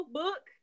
book